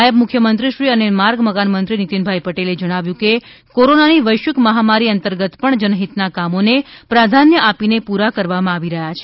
નાયબ મુખ્યમંત્રીશ્રી અને માર્ગ મકાન મંત્રી નિતીન પટેલે જણાવ્યું કે કોરોનાની વૈશ્વિક મહામારી અંતર્ગત પણ જનહિતના કામોને પ્રાધાન્ય આપીને પૂરા કરવામાં આવી રહ્યા છે